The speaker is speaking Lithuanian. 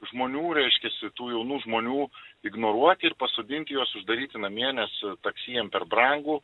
žmonių reiškiasi tų jaunų žmonių ignoruoti ir pasodinti juos uždaryti namie nes taksi jiem per brangu